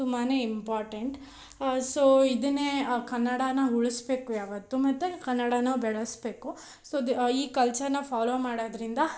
ತುಂಬಾ important so ಇದನ್ನೇ ಕನ್ನಡಾನ ಉಳಿಸ್ಬೇಕು ಯಾವತ್ತೂ ಮತ್ತು ಕನ್ನಡಾನ ಬೆಳೆಸಬೇಕು ಸೊ ಈ ಕಲ್ಚರನ್ನ ಫಾಲೋ ಮಾಡೋದ್ರಿಂದ